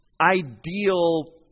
ideal